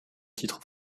titre